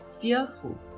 fearful